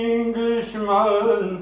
Englishman